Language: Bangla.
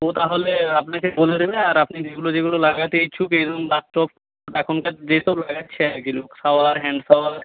ও তাহলে আপনাকে বলে দেবে আর আপনি যেগুলো যেগুলো লাগাতে ইচ্ছুক এরকম বাথটাব এখনকার যেসব লাগাচ্ছে আর কি লোক শাওয়ার হ্যান্ড শাওয়ার